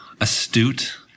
astute